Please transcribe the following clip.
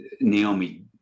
Naomi